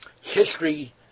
history